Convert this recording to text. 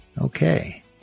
Okay